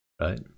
right